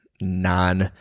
non